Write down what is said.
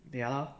ya lor